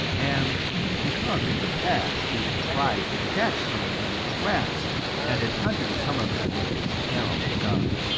and because in the past he had tried to catch some of them in traps and had hunted some of them with his terrible gun.